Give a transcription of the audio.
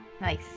Nice